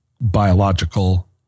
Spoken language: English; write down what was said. biological